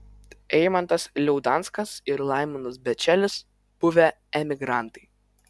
eimantas liaudanskas ir laimonas bečelis buvę emigrantai